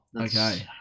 Okay